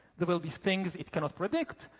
there will be things it cannot predict,